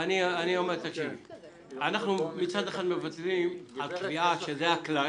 מצד אחד אנחנו מוותרים על קביעה שזה הכלל,